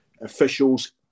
officials